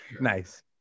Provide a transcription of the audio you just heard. nice